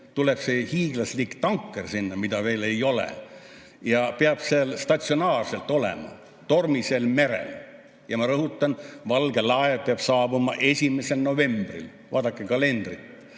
juurde hiiglaslik tanker, mida veel ei ole, ja peab seal statsionaarselt olema, ka tormisel merel. Ja ma rõhutan, valge laev peab saabuma 1. novembril. Vaadake kalendrit!